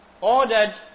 ordered